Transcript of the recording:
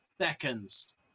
seconds